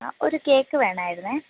അ ഒരു കേക്ക് വേണമായിരുന്നു